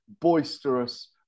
boisterous